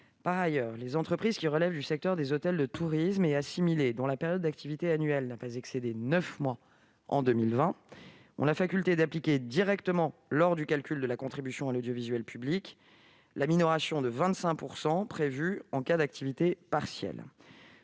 Par ailleurs, les entreprises du secteur des hôtels de tourisme et assimilés dont la période d'activité annuelle n'a pas excédé neuf mois en 2020 ont la faculté d'appliquer directement, lors du calcul de la contribution à l'audiovisuel public, la minoration de 25 % prévue en cas d'activité partielle.